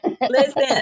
Listen